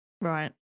Right